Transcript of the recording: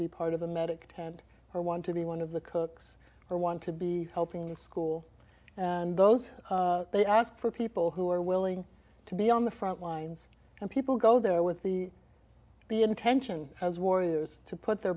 be part of the medic tent or want to be one of the cooks or want to be helping the school and those they ask for people who are willing to be on the front lines and people go there with the the intention as warriors to put their